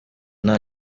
nta